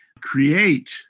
create